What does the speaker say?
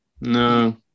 no